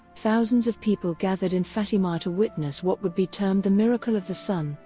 thousands of people gathered in fatima to witness what would be termed the miracle of the sun,